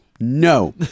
No